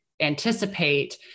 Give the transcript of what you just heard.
anticipate